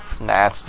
Nah